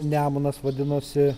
nemunas vadinosi